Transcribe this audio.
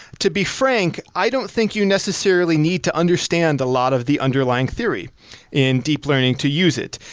to be frank, i don't think you necessarily need to understand a lot of the underlying theory in deep learning to use it.